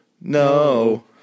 No